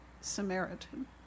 Samaritan